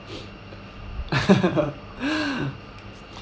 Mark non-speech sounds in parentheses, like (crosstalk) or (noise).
(laughs)